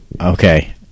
okay